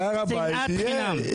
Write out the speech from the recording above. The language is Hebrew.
והר הבית יהיה,